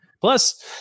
Plus